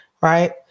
Right